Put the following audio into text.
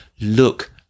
look